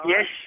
Yes